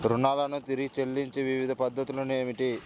రుణాలను తిరిగి చెల్లించే వివిధ పద్ధతులు ఏమిటి?